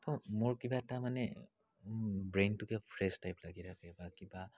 তো মোৰ কিবা এটা মানে ব্ৰেইনটোকে ফ্ৰেছ টাইপ লাগি থাকে বা কিবা